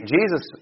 Jesus